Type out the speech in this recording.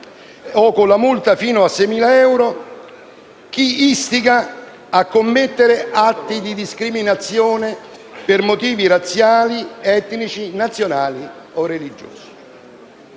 o con la multa fino a 6.000 euro chi istiga a commettere atti di discriminazione per motivi razziali, etnici, nazionali o religiosi.